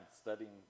studying